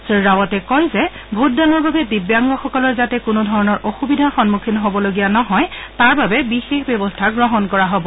শ্ৰীৰাৱাটে কয় যে ভোটদানৰ বাবে দিব্যাংগসকলে যাতে কোনো ধৰণৰ অসুবিধাৰ সন্মুখীন হ'বলগীয়া নহয় তাৰ বাবে বিশেষ ব্যৱস্থা কৰা হ'ব